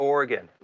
Oregon